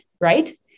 Right